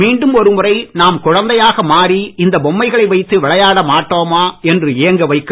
மீண்டும் ஒரு முறை நாம் குழந்தைகயாக மாறி இந்த பொம்மைகளை வைத்து விளையாட மாட்டோமா என்று ஏங்க வைக்கும்